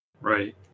right